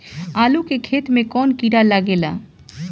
आलू के खेत मे कौन किड़ा लागे ला?